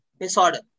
disorder